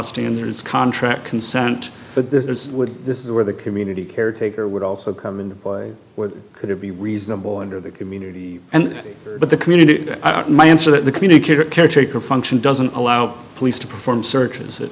standards contract consent but there's this is where the community caretaker would also come into play where could it be reasonable under the community and but the community my answer that the communicator caretaker function doesn't allow police to perform searches it